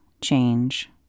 change